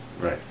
Right